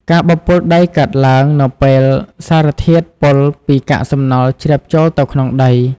ការបំពុលដីកើតឡើងនៅពេលសារធាតុពុលពីកាកសំណល់ជ្រាបចូលទៅក្នុងដី។